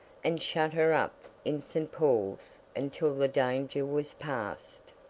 and shut her up in st. paul's until the danger was past.